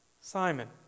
Simon